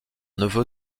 neveu